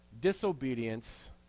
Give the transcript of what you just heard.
disobedience